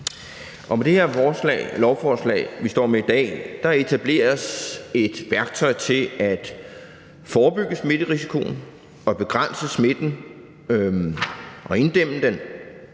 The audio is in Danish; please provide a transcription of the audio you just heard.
Med det her lovforslag, vi står med i dag, etableres et værktøj til at forebygge smitterisikoen og begrænse smitten og inddæmme den,